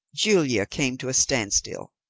julia came to a standstill.